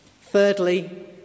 Thirdly